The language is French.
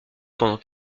pendant